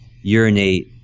urinate